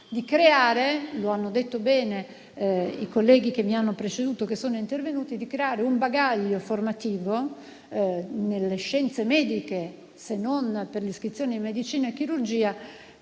di creare - come hanno detto bene i colleghi che mi hanno preceduto e sono intervenuti - un bagaglio formativo nelle scienze mediche, se non per l'iscrizione a medicina e chirurgia,